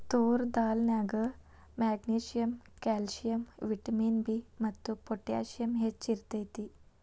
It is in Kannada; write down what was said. ತೋರ್ ದಾಲ್ ನ್ಯಾಗ ಮೆಗ್ನೇಸಿಯಮ್, ಕ್ಯಾಲ್ಸಿಯಂ, ವಿಟಮಿನ್ ಬಿ ಮತ್ತು ಪೊಟ್ಯಾಸಿಯಮ್ ಹೆಚ್ಚ್ ಇರ್ತೇತಿ